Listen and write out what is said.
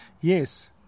Yes